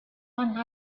one